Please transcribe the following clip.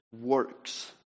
works